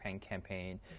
campaign